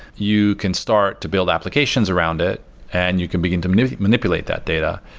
you can start to build applications around it and you can begin to manipulate manipulate that data.